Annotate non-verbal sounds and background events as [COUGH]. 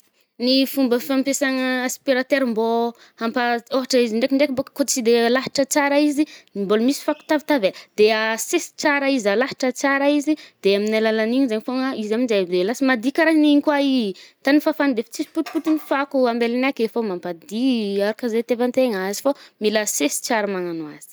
Ny fomba fampiasagna aspirateur mbô hampahazo, ôhatra izy ndrekindraiky bôko tsy de alahatra tsara izy, mbôla misy fako tavitavela. De asesy tsara izy, alahitra tsara izy, de amin’ny alalan’igny zaigny fôgna, izy aminje de lasa mady karahanigny koà igny koa i tagny fafàgny defa tsisy [NOISE] potipotinyfako ambelagny ake fô mampady araka zay itiavantegna azy fô mila asesy tsara manano azy.